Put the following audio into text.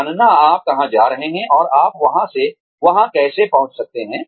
जानना आप कहाँ जा रहे हैं और आप वहाँ कैसे पहुँच सकते हैं